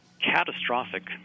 catastrophic